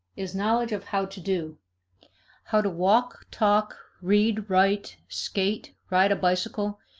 is knowledge of how to do how to walk, talk, read, write, skate, ride a bicycle,